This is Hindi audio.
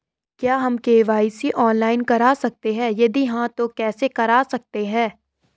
क्या हम के.वाई.सी ऑनलाइन करा सकते हैं यदि हाँ तो कैसे करा सकते हैं?